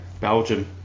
Belgium